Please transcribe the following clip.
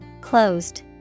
Closed